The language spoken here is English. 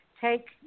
Take